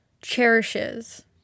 cherishes